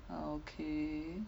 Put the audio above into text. okay